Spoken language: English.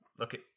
Okay